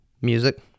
music